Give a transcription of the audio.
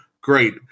Great